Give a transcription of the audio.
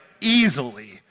easily